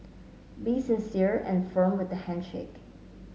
be sincere and firm with the handshake